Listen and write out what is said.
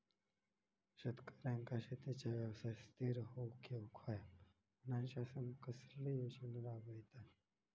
शेतकऱ्यांका शेतीच्या व्यवसायात स्थिर होवुक येऊक होया म्हणान शासन कसले योजना राबयता?